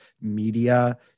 media